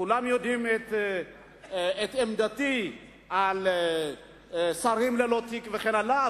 כולם יודעים את עמדתי על שרים ללא תיק וכן הלאה,